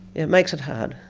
it makes it hard.